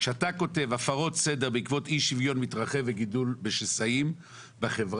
כשאתה כותב הפרות סדר בעקבות אי שוויון מתרחב וגידול בשסעים בחברה,